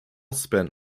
spent